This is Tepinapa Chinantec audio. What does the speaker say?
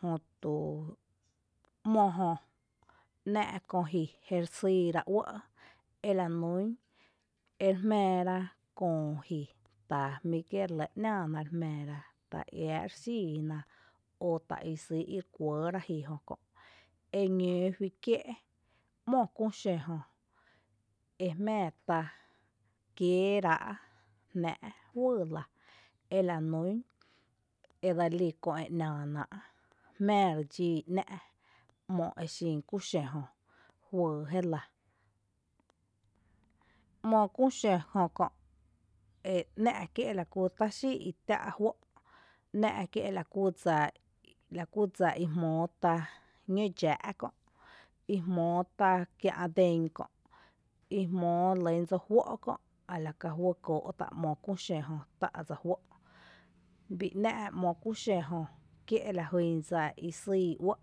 jötu ‘mo jö nⱥⱥ’ köö ji jéri sýyra uɇ’ ela nún rejmⱥⱥra köö ji, tá jmí’ kié’ lɇ nⱥⱥna rejmⱥⱥra ta jiⱥⱥ’ re xíiná o ta í sýy’ ere kuɇɇrá jijö kö’ eñǿǿ juí kié’ ‘mo küü xǿ jö ejmⱥⱥ tá kieeráa’ jnⱥⱥ’ juyy lⱥ ela nún edselí köö e nⱥⱥna’ jmⱥⱥ dxíi ‘ná’ ´mo exin küü xǿ jö juyy jéla, ‘Mo küü xǿ kö’ e nⱥⱥ’ kié’ lakú tá’ xíi’ tⱥ’ juó’, nⱥⱥ’ kié’ lakú dsa i jmóo tá ñǿ’ dxⱥⱥ’ kö’ i jmóo tá kiä’ dén kö’, i jmóo relýn dsa éjuó’ kö’ ala kajuý kóo’ tá ‘Mo küü xǿ jö tá’ dsa é juó’ bii nⱥⱥ’ ´mo küü xǿ jö kié’ lajyn dsa i syy uɇ’.